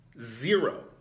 Zero